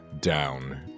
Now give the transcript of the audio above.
down